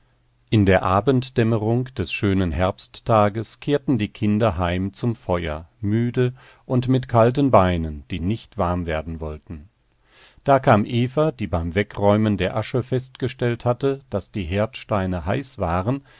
in der abenddämmerung des schönen herbsttages kehrten die kinder heim zum feuer müde und mit kalten beinen die nicht warm werden wollten da kam eva die beim wegräumen der asche festgestellt hatte daß die herdsteine heiß waren